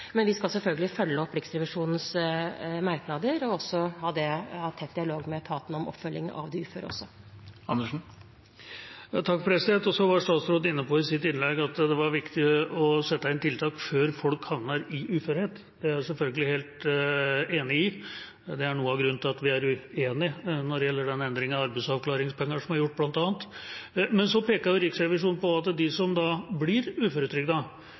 Men vi skal selvfølgelig følge opp Riksrevisjonens merknader og ha tett dialog med etatene om oppfølgingen av de uføre også. Statsråden var i sitt innlegg inne på at det er viktig å sette inn tiltak før folk havner i uførhet. Det er jeg selvfølgelig helt enig i. Det er noe av grunnen til at vi er uenige når det gjelder bl.a. endringen av arbeidsavklaringspenger som er gjort. Men Riksrevisjonen peker også på at de som blir